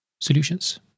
solutions